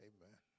Amen